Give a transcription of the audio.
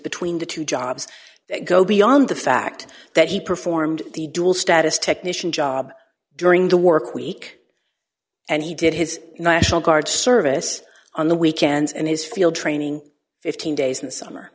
between the two jobs that go beyond the fact that he performed the dual status technician job during the work week and he did his national guard service on the weekends and his field training fifteen days in the summer